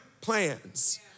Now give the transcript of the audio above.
plans